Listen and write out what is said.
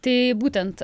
tai būtent